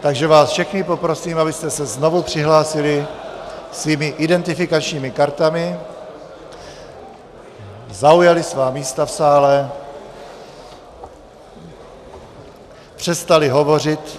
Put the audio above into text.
Takže vás všechny poprosím, abyste se znovu přihlásili svými identifikačními kartami, zaujali svá místa v sále a přestali hovořit.